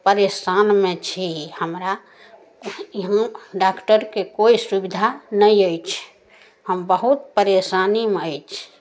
परेशानमे छी हमरा इहाँ डाक्टरके कोइ सुविधा नहि अछि हम बहुत परेशानीमे अछि